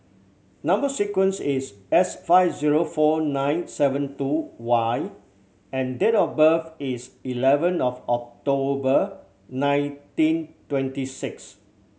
number sequence is S five zero four nine seven two Y and date of birth is eleven of October nineteen twenty six